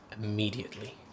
immediately